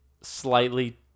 slightly